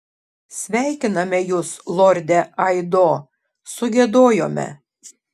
sveikiname jus lorde aido sugiedojome